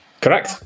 Correct